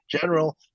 general